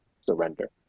surrender